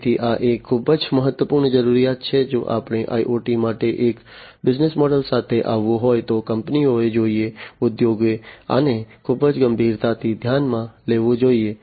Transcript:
તેથી આ એક ખૂબ જ મહત્વપૂર્ણ જરૂરિયાત છે જો આપણે IoT માટે એક બિઝનેસ મોડલ સાથે આવવું હોય તો કંપનીઓએ જોઈએ ઉદ્યોગે આને ખૂબ ગંભીરતાથી ધ્યાનમાં લેવું જોઈએ